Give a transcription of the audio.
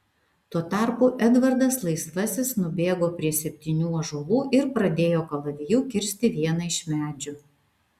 tuo tarpu edvardas laisvasis nubėgo prie septynių ąžuolų ir pradėjo kalaviju kirsti vieną iš medžių